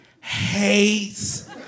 hates